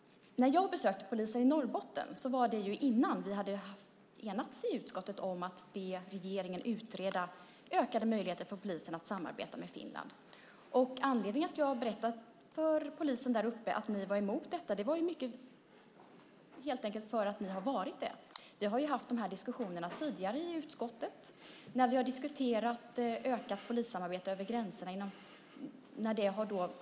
Jag besökte polisen i Norrbotten innan vi hade enats i utskottet om att be regeringen att utreda ökade möjligheter för polisen att samarbeta med Finland. Anledningen till att jag berättade för polisen där uppe att ni var emot det var helt enkelt att ni har varit det. Vi har ju haft de här diskussionerna i utskottet tidigare. Vi har i EU-nämnden diskuterat ökat polissamarbete över gränserna.